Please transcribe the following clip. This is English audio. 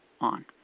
on